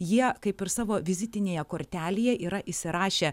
jie kaip ir savo vizitinėje kortelėje yra įsirašę